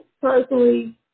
personally